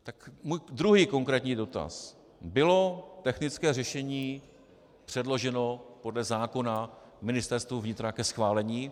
Tak můj druhý konkrétní dotaz: Bylo technické řešení předloženo podle zákona Ministerstvu vnitra ke schválení?